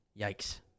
Yikes